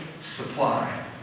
supply